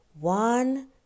one